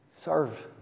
Serve